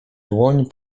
dłoń